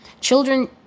children